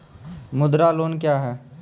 मुद्रा लोन क्या हैं?